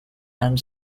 and